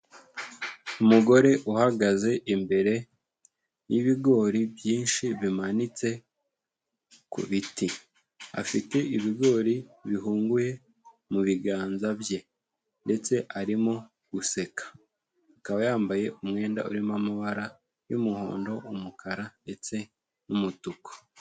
Umugore uhagaze imbere y'ibigori byinshi bimanitse ku biti. Afite ibigori bihunguye mu biganza bye ndetse arimo guseka. Akaba yambaye umwenda urimo amabara y'umuhondo, umukara ndetse n'umutuku.